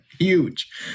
Huge